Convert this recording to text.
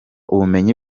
ubumenyi